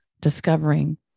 discovering